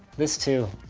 this too.